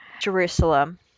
Jerusalem